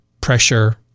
pressure